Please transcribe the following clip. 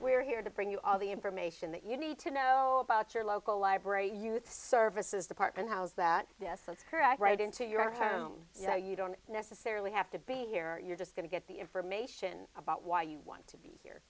we're here to bring you all the information that you need to know about your local library your services department house that yes that's correct right into your home yeah you don't necessarily have to be here you're just going to get the information about why you want to be per